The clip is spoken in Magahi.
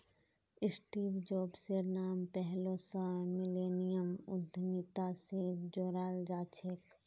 स्टीव जॉब्सेर नाम पैहलौं स मिलेनियम उद्यमिता स जोड़ाल जाछेक